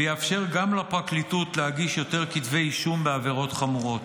ויאפשר גם לפרקליטות להגיש יותר כתבי אישום בעבירות חמורות.